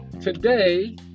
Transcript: today